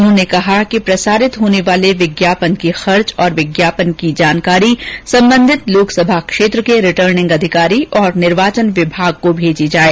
उन्होंने कहा कि प्रसारित होने वाले विज्ञापन के खर्च और विज्ञापन की जानकारी संबंधित लोकसभा क्षेत्र के रिटर्निंग अधिकारी और निर्वाचन विभाग को भेजी जाये